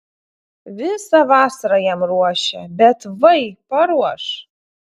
visą vasarą jam ruošia bet vai paruoš